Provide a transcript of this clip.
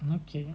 okay